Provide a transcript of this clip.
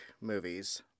movies